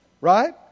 right